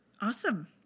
awesome